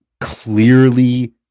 clearly